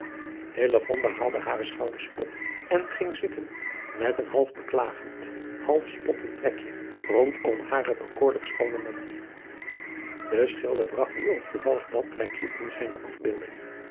haalde hare schouders op en ging zitten met een half beklagend half spottend trekje rondom haren bekoorlijk schoonen mond e schilder bragt nu ook toevallig dat trekje in